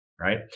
right